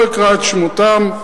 לא אקרא את שמותיהם,